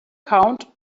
count